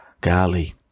golly